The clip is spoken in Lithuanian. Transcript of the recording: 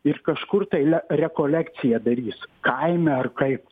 ir kažkur tai le rekolekciją darys kaime ar kaip